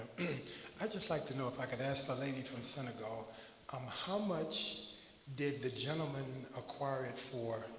i'd just like to know if i can ask the lady from senegal um how much did the gentleman acquire it for,